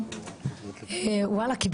שאלות,